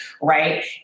right